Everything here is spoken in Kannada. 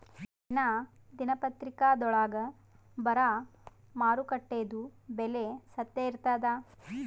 ದಿನಾ ದಿನಪತ್ರಿಕಾದೊಳಾಗ ಬರಾ ಮಾರುಕಟ್ಟೆದು ಬೆಲೆ ಸತ್ಯ ಇರ್ತಾದಾ?